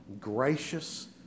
gracious